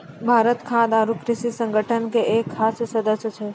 भारत खाद्य आरो कृषि संगठन के एक सदस्य छै